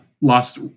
Lost